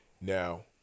Now